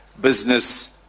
business